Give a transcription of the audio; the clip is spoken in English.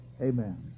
Amen